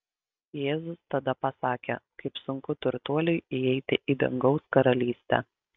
jėzus tada pasakė kaip sunku turtuoliui įeiti į dangaus karalystę